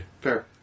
Fair